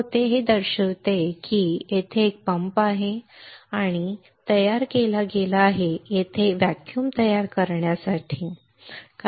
हे हे दर्शविते ते दर्शविते की तेथे एक पंप आहे तेथे एक पंप आहे जो तयार केला गेला आहे की तेथे व्हॅक्यूम तयार करण्यासाठी आहे बरोबर